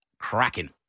cracking